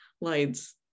lights